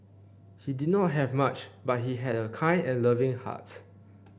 he did not have much but he had a kind and loving heart